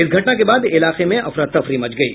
इस घटना के बाद इलाके में अफरा तफरी मच गयी